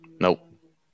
Nope